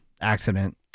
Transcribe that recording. accident